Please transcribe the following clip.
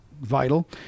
vital